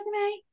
resume